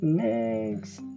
next